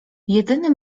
jedyny